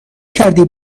کردی